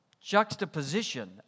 juxtaposition